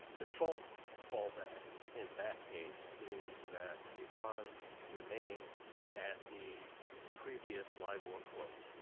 default fallback in that case is that the bonds remain at the previous libor quote,